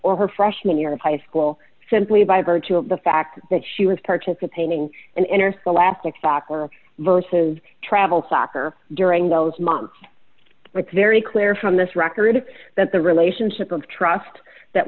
or her freshman year of high school simply by virtue of the fact that she was participating in interscholastic soccer versus travel soccer during those months it's very clear from this record that the relationship of trust that